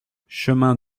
chemin